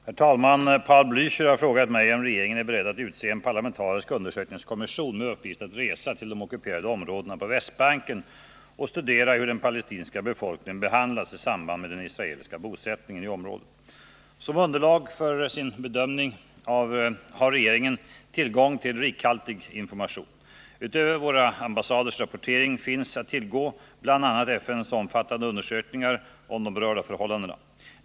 Herr talman! Raul Bläöcher har frågat mig om regeringen är beredd att utse en parlamentarisk undersökningskommission med uppgift att resa till de ockuperade områdena på Västbanken och studera hur den palestinska befolkningen behandlas i samband med den israeliska bosättningen i området. Som underlag för sina bedömningar har regeringen tillgång till rikhaltiga informationer. Utöver våra ambassaders rapportering finns att tillgå bl.a. FN:s omfattande undersökningar om de berörda förhållandena.